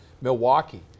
Milwaukee